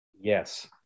Yes